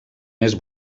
més